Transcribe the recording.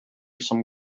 some